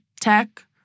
tech